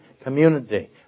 community